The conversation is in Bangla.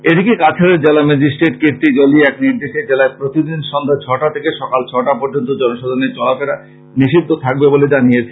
এদিকে কাছাড় নেলা ম্যাজিস্ট্রেট কীর্তি জল্লি এক নির্দেশে জেলায় প্রতিদিন সন্ধ্যা ছটা থেকে সকাল ছটা পর্য্যন্ত জনসাধারণের চলাফেরা নিষিদ্ধ থাকবে বলে জানিয়েছেন